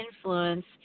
influence